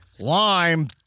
Lime